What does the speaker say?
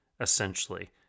essentially